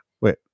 Wait